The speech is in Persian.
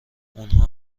اونها